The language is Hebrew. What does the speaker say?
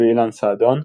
ואילן סעדון,